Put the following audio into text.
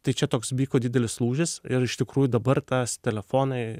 tai čia toks vyko didelis lūžis ir iš tikrųjų dabar tas telefonai